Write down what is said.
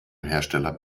hersteller